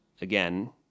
again